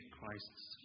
Christ's